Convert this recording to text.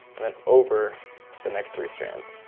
and then over the next three strands,